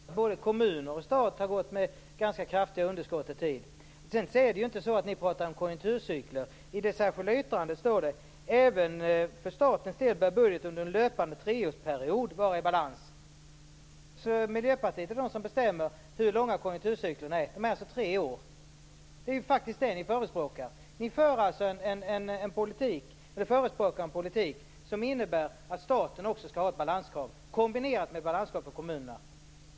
Fru talman! Både kommuner och stat har gått med ganska kraftiga underskott en tid. Ni pratar ju inte om konjunkturcykler. Det står i det särskilda yttrandet: "Även för statens del bör budgeten under en löpande treårsperiod vara i balans -." Miljöpartiet bestämmer alltså hur långa konjunkturcyklerna är, dvs. tre år. Det är det Miljöpartiet förespråkar. Ni förespråkar en politik som innebär att staten också skall ha ett balanskrav, kombinerat med ett balanskrav på kommunerna.